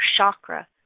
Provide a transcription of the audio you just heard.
chakra